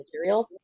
materials